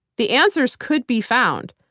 the answers could be found.